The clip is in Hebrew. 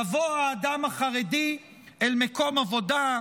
יבוא האדם החרדי אל מקום העבודה,